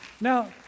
Now